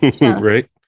Right